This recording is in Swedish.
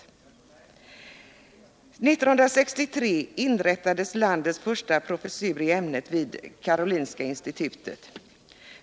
1963 inrättades landets första professur i ämnet vid Karolinska institutet.